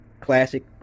classic